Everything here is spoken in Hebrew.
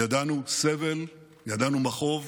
ידענו סבל, ידענו מכאוב